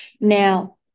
Now